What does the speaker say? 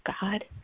god